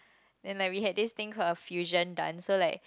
then like we had this thing called a fusion dance so like